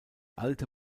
alte